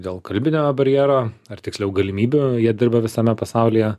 dėl kalbinio barjero ar tiksliau galimybių jie dirba visame pasaulyje